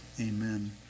Amen